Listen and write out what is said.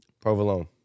Provolone